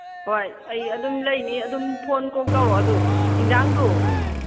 ꯍꯣꯏ ꯑꯩ ꯑꯗꯨꯝ ꯂꯩꯅꯤ ꯑꯗꯨꯝ ꯐꯣꯟ ꯀꯣꯛ ꯇꯧꯔꯛꯑꯣ ꯑꯗꯨ ꯏꯟꯖꯥꯡꯗꯨ